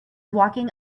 walking